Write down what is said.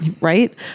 right